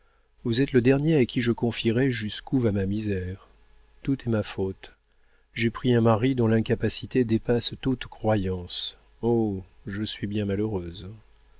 vous êtes le dernier à qui je confierais jusqu'où va ma misère tout est ma faute j'ai pris un mari dont l'incapacité dépasse toute croyance oh je suis bien malheureuse